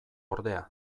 ordea